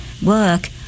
work